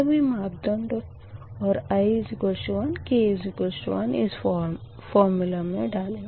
सभी मापदंड और i 1 k 2 इस फ़ोर्मूला मे डालें